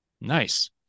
Nice